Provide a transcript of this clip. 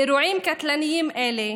אירועים קטלניים אלה,